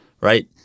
right